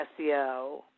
SEO